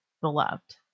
beloved